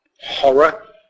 horror